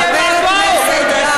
דמגוג,